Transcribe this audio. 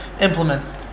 implements